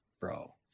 bro